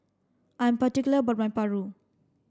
I'm particular about my Paru